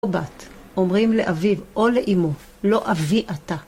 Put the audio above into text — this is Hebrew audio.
או בת, אומרים לאביו או לאמו, לא אבי אתה.